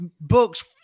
books